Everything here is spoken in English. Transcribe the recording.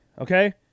okay